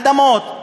אדמות,